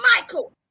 Michael